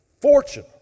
Fortune